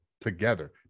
together